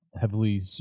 heavily